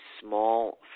small